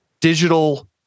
digital